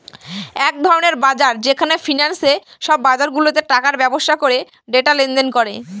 এক ধরনের বাজার যেখানে ফিন্যান্সে সব বাজারগুলাতে টাকার ব্যবসা করে ডেটা লেনদেন করে